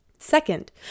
Second